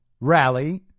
rally